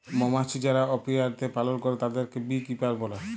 মমাছি যারা অপিয়ারীতে পালল করে তাদেরকে বী কিপার বলে